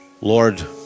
Lord